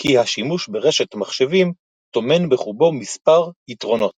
כי השימוש ברשת מחשבים טומן בחובו מספר יתרונות